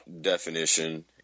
definition